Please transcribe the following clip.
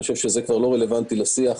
אני חושב שזה כבר לא רלוונטי לשיח.